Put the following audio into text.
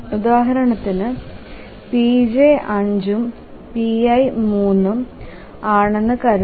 ഉദാഹരണത്തിന് pj 5ഉം pi 3ഉം ആണെന് കരുതുക